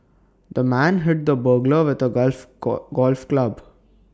the man hit the burglar with A golf golf club